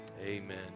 amen